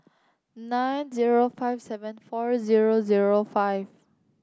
nine zero five seven four zero zero five